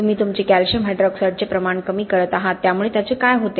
तुम्ही तुमचे कॅल्शियम हायड्रॉक्साईडचे प्रमाण कमी करत आहात त्यामुळे त्याचे काय होते